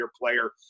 player